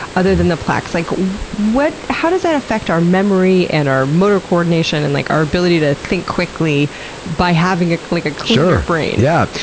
other than the plaques? like how how does that affect our memory, and our motor coordination, and like our ability to think quickly by having a like cleaner brain? yeah,